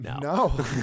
No